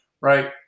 right